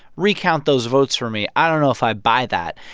recount those votes for me i don't know if i buy that.